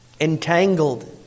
entangled